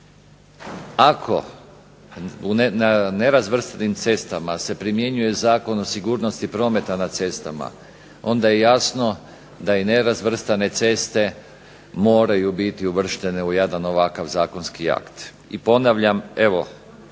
ako na nerazvrstanim cestama se primjenjuje Zakon o sigurnosti prometa na cestama onda je jasno da nerazvrstane ceste moraju biti uvrštene u jedan ovakav zakonski akt. I ponavljam, evo